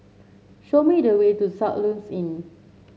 show me the way to Soluxe Inn